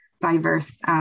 diverse